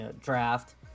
draft